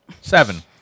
Seven